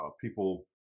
people